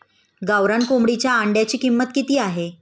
गावरान कोंबडीच्या अंड्याची किंमत किती आहे?